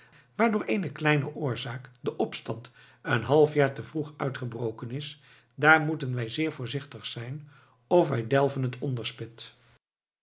eene kleine oorzaak de opstand een half jaar te vroeg uitgebroken is daar moeten wij zeer voorzichtig zijn of wij delven het onderspit